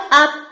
up